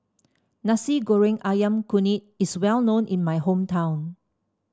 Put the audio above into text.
Nasi Goreng ayam Kunyit is well known in my hometown